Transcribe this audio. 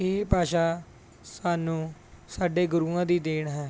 ਇਹ ਭਾਸ਼ਾ ਸਾਨੂੰ ਸਾਡੇ ਗੁਰੂਆਂ ਦੀ ਦੇਣ ਹੈ